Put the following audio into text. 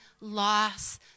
loss